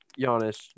Giannis